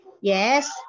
Yes